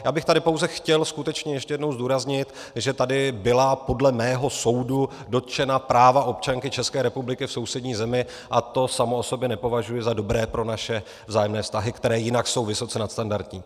Chtěl bych tady pouze skutečně ještě jednou zdůraznit, že tady byla podle mého soudu dotčena práva občanky České republiky v sousední zemi, a to samo o sobě nepovažuji za dobré pro naše vzájemné vztahy, které jsou jinak vysoce nadstandardní.